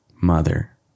mother